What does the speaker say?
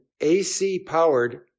AC-powered